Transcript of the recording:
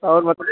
और बता